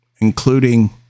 including